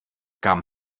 kam